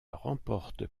remporte